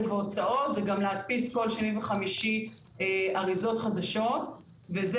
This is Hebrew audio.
והוצאות זה גם להדפיס כל שני וחמישי אריזות חדשות וזה